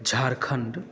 Jharkhand